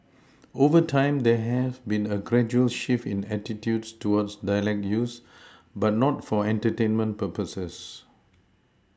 over time there has been a gradual shift in attitudes towards dialect use but not for entertainment purposes